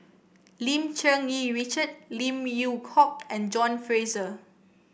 Lim Cherng Yih Richard Lim Yew Hock and John Fraser